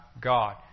God